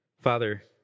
Father